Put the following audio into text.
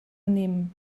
nehmen